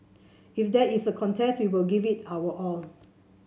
if there is a contest we will give it our all